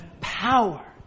power